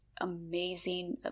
amazing